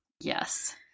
Yes